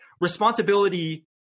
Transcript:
responsibility